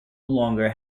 longer